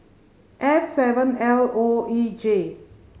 F seven L O E J